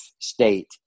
state